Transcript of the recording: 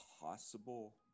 Possible